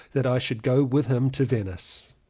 that i should go with him to venice.